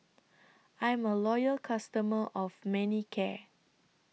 I'm A Loyal customer of Manicare